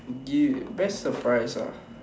you best surprise ah